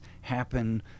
happen